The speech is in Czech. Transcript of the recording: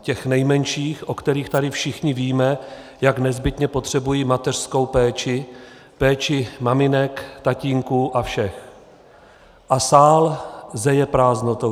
Těch nejmenších, o kterých tady všichni víme, jak nezbytně potřebují mateřskou péči, péči maminek, tatínků a všech a sál zeje prázdnotou.